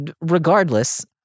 regardless